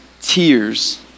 tears